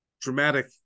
dramatic